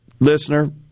Listener